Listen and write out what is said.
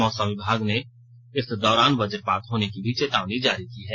मौसम विभाग ने इस दौरान वजपात होने की भी चेतावनी जारी की है